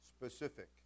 specific